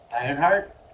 Ironheart